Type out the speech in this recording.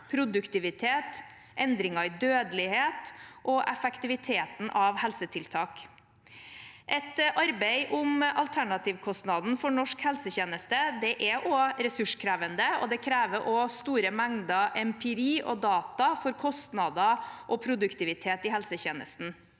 produktivitet, endringer i dødelighet og effektiviteten av helsetiltak. Et arbeid om alternativkostnaden for norsk helsetjeneste er ressurskrevende, og det krever også store mengder empiri og data for kostnader og produktivitet i helsetjenesten.